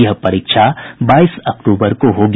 यह परीक्षा बाईस अक्टूबर को होगी